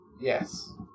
Yes